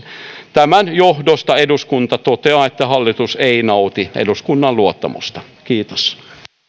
tämän johdosta eduskunta toteaa että hallitus ei nauti eduskunnan luottamusta kiitos